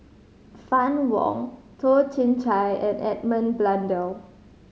Fann Wong Toh Chin Chye and Edmund Blundell